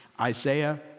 Isaiah